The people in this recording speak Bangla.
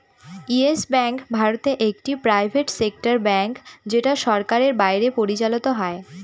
ইয়েস ব্যাঙ্ক ভারতে একটি প্রাইভেট সেক্টর ব্যাঙ্ক যেটা সরকারের বাইরে পরিচালত হয়